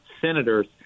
senators